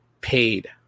paid